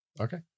Okay